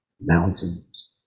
Mountains